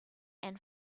and